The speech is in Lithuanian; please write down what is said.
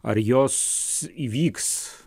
ar jos įvyks